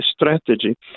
strategy